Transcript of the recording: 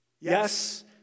Yes